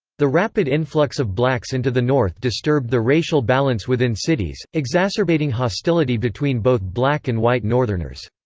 the rapid influx of blacks into the north disturbed the racial balance within cities, exacerbating hostility between both black and white northerners.